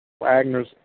Wagner's